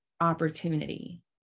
opportunity